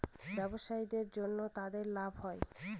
ব্যবসায়ীদের জন্য তাদের লাভ হয়